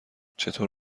چطور